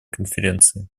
конференции